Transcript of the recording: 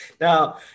Now